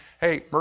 Hey